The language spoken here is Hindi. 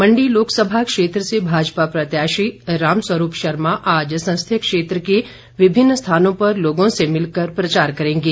मण्डी लोकसभा क्षेत्र से भाजपा प्रत्याशी रामस्वरूप शर्मा आज संसदीय क्षेत्र के विभिन्न स्थानों पर लोगों से मिलकर प्रचार करेंगे